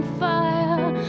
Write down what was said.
fire